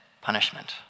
punishment